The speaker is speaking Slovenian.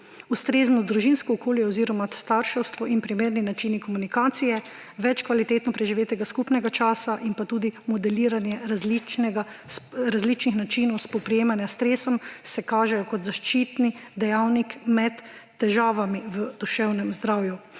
Ustrezno družinsko okolje oziroma starševstvo in primerni načini komunikacije, več kvalitetno preživetega skupnega časa in pa tudi modeliranje različnih načinov spoprijemanja s stresom se kažejo kot zaščitni dejavnik pred težavami v duševnem zdravju,